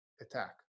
attack